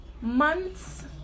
months